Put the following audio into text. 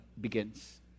begins